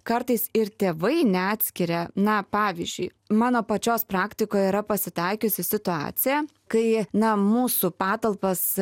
kartais ir tėvai neatskiria na pavyzdžiui mano pačios praktikoje yra pasitaikiusi situacija kai na mūsų patalpas